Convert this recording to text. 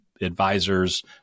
advisors